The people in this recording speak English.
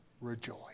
rejoice